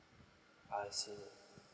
I see